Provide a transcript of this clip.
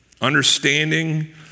understanding